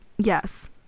Yes